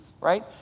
Right